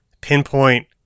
pinpoint